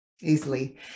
easily